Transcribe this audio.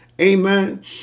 Amen